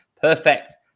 perfect